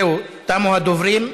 זהו, תמו הדוברים.